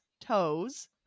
toes